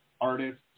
artists